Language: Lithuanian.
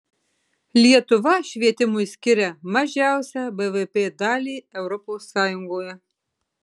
lietuva švietimui skiria mažiausią bvp dalį europos sąjungoje